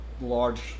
large